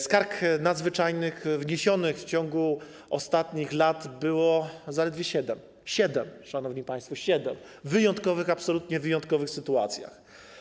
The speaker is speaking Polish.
Skarg nadzwyczajnych wniesionych w ciągu ostatnich lat było zaledwie siedem, szanowni państwo, i to w wyjątkowych, absolutnie wyjątkowych sytuacjach.